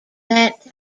that